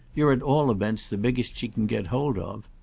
you're at all events the biggest she can get hold of.